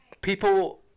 People